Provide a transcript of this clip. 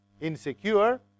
insecure